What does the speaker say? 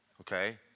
Okay